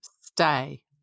stay